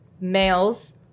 males